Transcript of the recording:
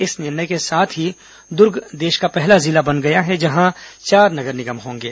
इस निर्णय के साथ ही दुर्ग देश का पहला जिला बन गया है जहां चार नगर निगम होंगे